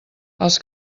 els